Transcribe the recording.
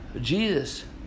Jesus